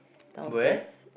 downstairs